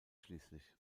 schließlich